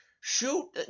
Shoot